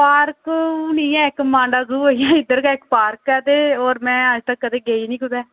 park हून इयै इक मांडा ज़ू होई गेआ इद्धर गै इक पार्क ते होर मैं अज्ज तक गेई निं कुदै